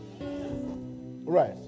Right